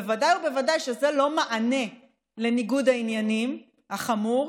בוודאי ובוודאי שזה לא מענה לניגוד העניינים החמור,